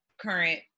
current